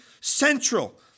central